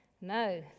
No